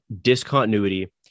discontinuity